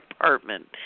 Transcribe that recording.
apartment